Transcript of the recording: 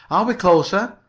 are we closer?